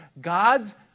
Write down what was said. God's